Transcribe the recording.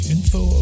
Info